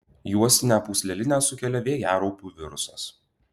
juostinę pūslelinę sukelia vėjaraupių virusas